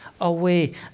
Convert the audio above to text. away